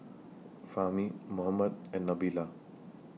Fahmi Muhammad and Nabila